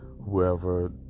whoever